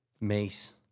Mace